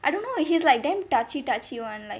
I don't know he's like damn touchy touchy [one] like